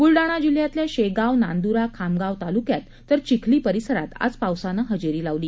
बुलडाणा जिल्ह्यातल्या शेगाव नांद्रा खामगाव तालुक्यात तर चिखली परीसरात आज पावसानं हजेरी लावली